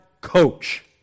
coach